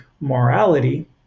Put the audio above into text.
morality